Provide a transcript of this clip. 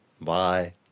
Bye